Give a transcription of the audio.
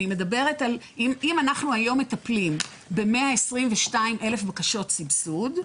אם אנחנו היום מטפלים ב-122,000 בקשות סבסוד,